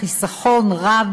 חיסכון רב,